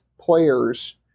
players